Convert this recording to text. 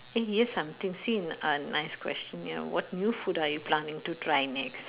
eh here's something seem a nice question ya what new food are you planning to try next